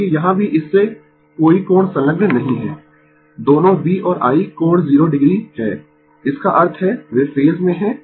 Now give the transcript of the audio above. क्योंकि यहां भी इससे कोई कोण संलग्न नहीं है दोनों V और I कोण 0 o है इसका अर्थ है वे फेज में है